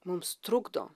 mums trukdo